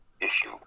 issue